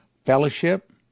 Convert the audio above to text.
fellowship